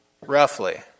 roughly